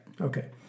Okay